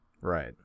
Right